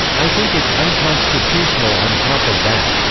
i think it's unconstitutional on top of that.